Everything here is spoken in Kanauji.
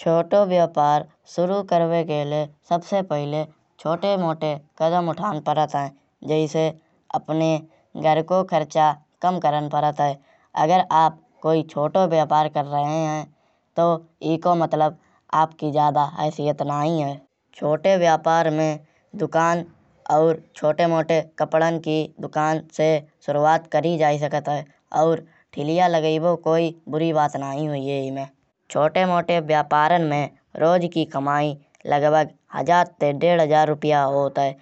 छोटो व्यापार शुरू करिबे के लाये सबसे पहिले छोटे मोटे कदम उठान पड़त है। जैसे अपने घर को खर्चा कम करन पड़त है। अगर आप कोई छोटो व्यापार कर रहे है। तौ ईको मतलब आपकी ज्यादा हैसियत नाईय्ये है। छोटे व्यापार में दुकान और छोटे मोटे कपड़न की दुकान से शुरआत करी जायी सकत है। और थिलिया लगायबो कोई बुरी बात नाईय्ये हुईये एहिमे। छोटे मोटे व्यापारन में रोज की कमाई लगभग हज़ार से डेढ़ हज़ार रुपया होत है।